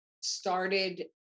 started